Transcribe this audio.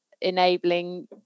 enabling